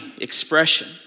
expression